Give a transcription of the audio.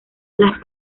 las